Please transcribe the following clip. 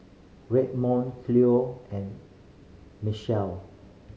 Redmond Cleo and Machelle